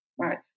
right